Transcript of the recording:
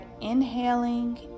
inhaling